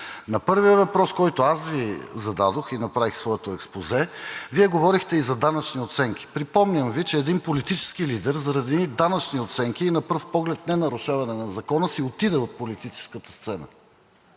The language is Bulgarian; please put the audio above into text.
На първия въпрос, който аз Ви зададох и направих своето експозе, Вие говорихте и за данъчни оценки. Припомням Ви, че един политически лидер заради едни данъчни оценки и на пръв поглед ненарушаване на закона, си отиде от политическата сцена,